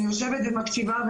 אני יושבת ומקשיבה,